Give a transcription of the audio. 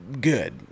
good